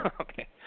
Okay